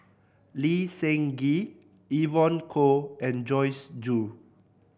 Lee Seng Gee Evon Kow and Joyce Jue